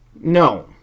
No